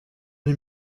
lui